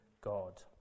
God